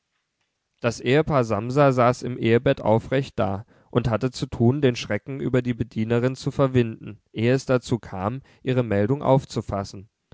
das ehepaar samsa saß im ehebett aufrecht da und hatte zu tun den schrecken über die bedienerin zu verwinden ehe es dazu kam ihre meldung aufzufassen